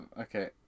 Okay